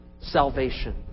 salvation